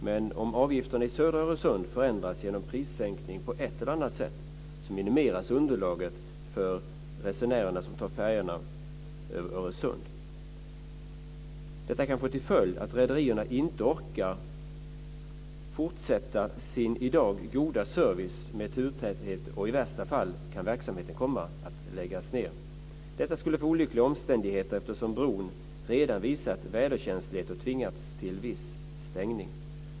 Men om avgifterna i södra Öresund förändras genom prissänkning på ett eller annat sätt så minimeras underlaget av resenärer som tar färjorna över Öresund. Detta kan få till följd att rederierna inte orkar fortsätta sin i dag goda service med turtäthet och att verksamheten i värsta fall kan komma att läggas ned. Detta skulle få olyckliga omständigheter, eftersom bron redan visat väderkänslighet och tvingats till viss stängning.